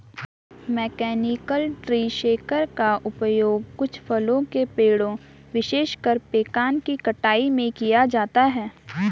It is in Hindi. मैकेनिकल ट्री शेकर का उपयोग कुछ फलों के पेड़ों, विशेषकर पेकान की कटाई में किया जाता है